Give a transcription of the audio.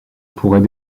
pourrait